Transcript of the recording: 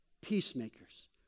Peacemakers